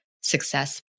success